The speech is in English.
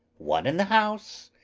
one in the house,